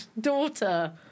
daughter